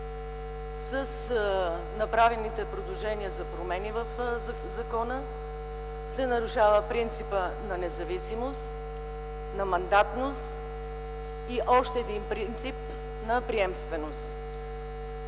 С направените предложения за промени в закона се нарушава принципът на независимост, на мандатност и още един принцип – на приемственост.